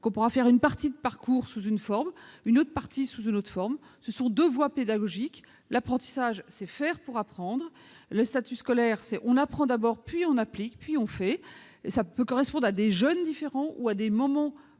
on pourra faire une partie de parcours sous une forme et une autre partie sous une autre. Ce sont deux voies pédagogiques : l'apprentissage, c'est « faire pour apprendre » et le statut scolaire, c'est « apprendre d'abord puis appliquer, faire ». Cela peut correspondre à des jeunes différents ou à des moments différents